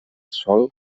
sol